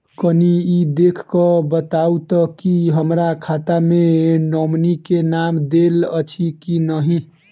कनि ई देख कऽ बताऊ तऽ की हमरा खाता मे नॉमनी केँ नाम देल अछि की नहि?